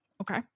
okay